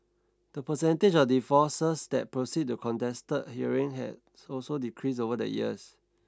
the percentage of divorces that proceed to contested hearings has also decreased over the years